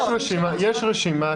יש רשימה,